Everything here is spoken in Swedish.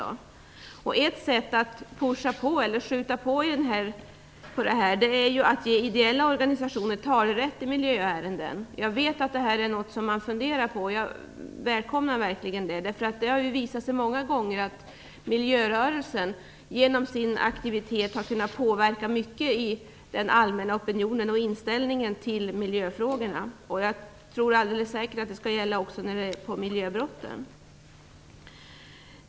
Ett sätt att skjuta på i den riktningen är att ge ideella organisationer talerätt i miljöärenden. Jag vet att det här är något som man funderar på, och jag välkomnar det verkligen. Det har många gånger visat sig att miljörörelsen genom sin aktivitet har kunnat påverka mycket i den allmänna opinionen och när det gäller inställningen till miljöfrågorna. Jag tror alldeles säkert att det också skall gälla miljöbrotten.